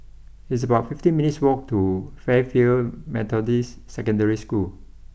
it's about fifty minutes' walk to Fairfield Methodist Secondary School